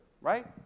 right